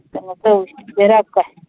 ꯀꯩꯅꯣ ꯇꯧꯏ ꯕꯦꯔꯥ ꯀꯥꯏ